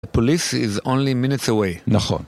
Policies only minute way . ‫נכון.